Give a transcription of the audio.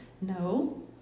No